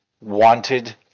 wanted